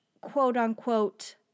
quote-unquote